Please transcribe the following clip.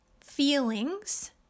feelings